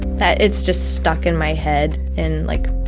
that it's just stuck in my head, in, like,